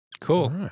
Cool